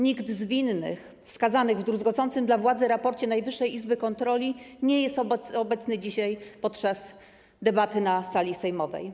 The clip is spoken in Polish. Nikt z winnych wskazanych w druzgocącym dla władzy raporcie Najwyższej Izby Kontroli nie jest obecny dzisiaj podczas debaty na sali sejmowej.